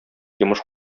йомыш